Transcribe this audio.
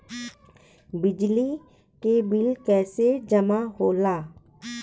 बिजली के बिल कैसे जमा होला?